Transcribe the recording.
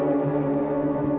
or